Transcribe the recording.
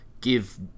give